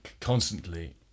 constantly